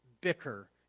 bicker